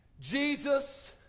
Jesus